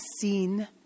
seen